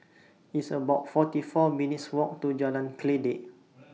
It's about forty four minutes' Walk to Jalan Kledek